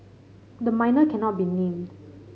the minor cannot be named